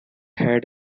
had